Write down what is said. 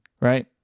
right